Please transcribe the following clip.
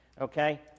okay